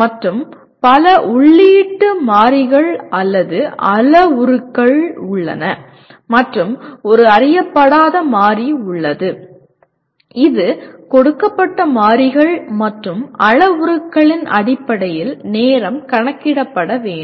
மற்றும் பல உள்ளீட்டு மாறிகள் அல்லது அளவுருக்கள் உள்ளன மற்றும் ஒரு அறியப்படாத மாறி உள்ளது இது கொடுக்கப்பட்ட மாறிகள் மற்றும் அளவுருக்களின் அடிப்படையில் நேரம் கணக்கிடப்பட வேண்டும்